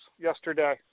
yesterday